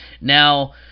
Now